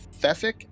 Fefik